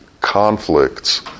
conflicts